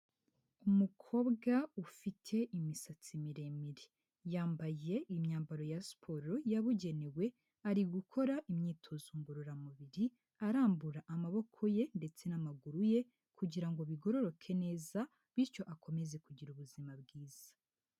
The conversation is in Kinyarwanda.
Umukobwa ufite imisatsi miremire. Yambaye imyambaro ya siporo yabugenewe, ari gukora imyitozo ngororamubiri, arambura amaboko ye ndetse n'amaguru ye kugira ngo bigororoke neza bityo akomeze kugira ubuzima bwiza.